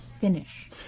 finish